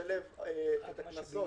לשלב את הקנסות